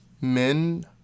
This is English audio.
Men